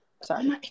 Sorry